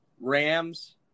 Rams